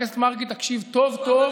חבר הכנסת מרגי, תקשיב טוב-טוב,